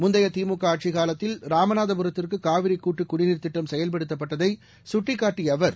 முந்தையதிமுகஆட்சிக்காலத்தில் ராமநாதபுரத்திற்குகாவிரிகூட்டுக் குடிநீர்த்திட்டம் செயல்படுத்தப்பட்டதைகட்டிக்காட்டியஅவர்